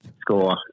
score